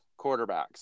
quarterbacks